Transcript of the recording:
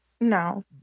No